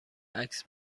عکس